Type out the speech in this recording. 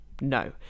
No